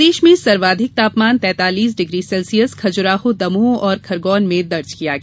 प्रदेश में सर्वाधिक तापमान तैतालीस डिग्री सेल्सियस खजुराहो दमोह और खरगौन में दर्ज किया गया